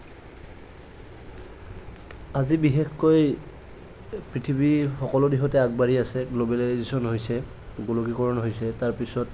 আজি বিশেষকৈ পৃথিৱী সকলো দিশতে আগবাঢ়ি আছে গ্লো'বেলাইজেচন হৈছে গোলকীকৰণ হৈছে তাৰ পিছত